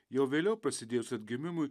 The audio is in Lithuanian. jau vėliau prasidėjus atgimimui